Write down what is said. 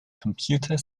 computer